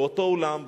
באותו אולם,